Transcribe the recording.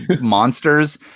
monsters